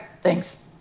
Thanks